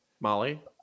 molly